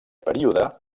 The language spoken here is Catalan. període